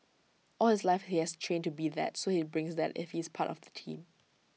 all his life he has trained to be that so he brings that if he's part of the team